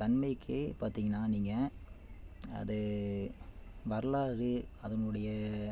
தன்மைக்கு பார்த்திங்கனா நீங்கள் அது வரலாறு அதனுடைய